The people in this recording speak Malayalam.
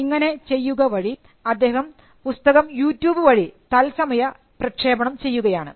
ഇങ്ങനെ ചെയ്യുക വഴി അദ്ദേഹം പുസ്തകം യൂട്യൂബ് വഴി തൽസമയ പ്രക്ഷേപണം ചെയ്യുകയാണ്